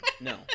No